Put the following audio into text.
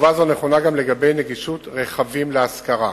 תשובה זו נכונה גם לגבי נגישות רכבים להשכרה.